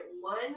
one